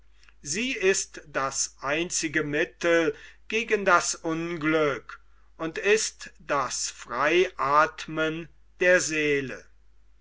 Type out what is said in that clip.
sie ist das einzige mittel gegen das unglück und ist das freiathmen der seele